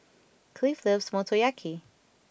Cliff loves Motoyaki